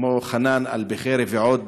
כמו חנאן אלבחירי ועוד,